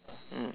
mm